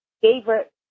favorite